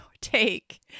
take